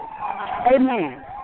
amen